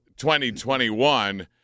2021